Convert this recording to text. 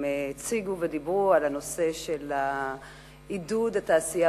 הם הציגו ודיברו על הנושא של עידוד התעשייה